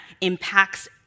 impacts